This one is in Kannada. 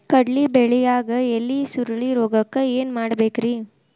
ಕಡ್ಲಿ ಬೆಳಿಯಾಗ ಎಲಿ ಸುರುಳಿರೋಗಕ್ಕ ಏನ್ ಮಾಡಬೇಕ್ರಿ?